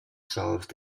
solved